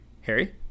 Harry